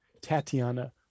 Tatiana